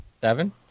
Seven